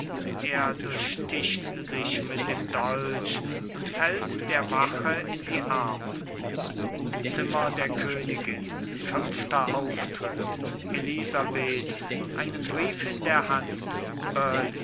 er durchsticht sich mit dem dolch und fällt der wache in die arme zimmer der königin elisabeth einen brief in der hand